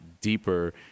deeper